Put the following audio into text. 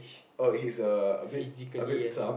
oh he's uh a bit a bit plump